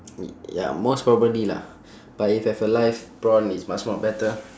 y~ ya most probably lah but if have a live prawn it's much more better